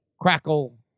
crackle